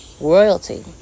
Royalty